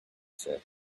said